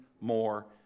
more